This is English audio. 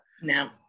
No